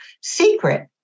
secret